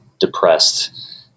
depressed